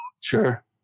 Sure